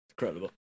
Incredible